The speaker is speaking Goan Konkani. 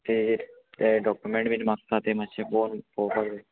तेजेर ते डॉक्युमेंट बीन मागता ते मातशे फोन पोवपाक जाय